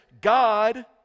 god